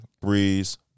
Breeze